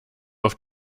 auf